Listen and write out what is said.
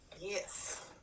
Yes